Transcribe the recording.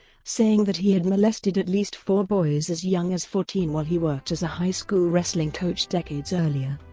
saying that he had molested at least four boys as young as fourteen while he worked as a high school wrestling coach decades earlier.